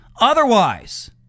otherwise